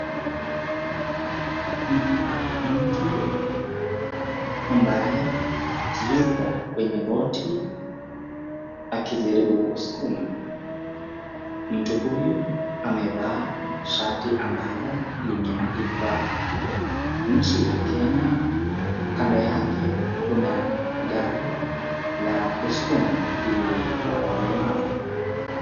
Naona mtu ambaye yuko kwenye boti akijaribu kuskuma mtu huyu amevaa shati ambalo limeandikwa nchi ya kenya kando yake kuna gari la kuaskuma lile la walemavu